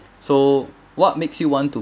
so what makes you want to